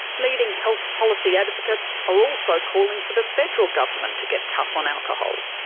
leading health policy advocates are also calling for the federal government to get tough on alcohol,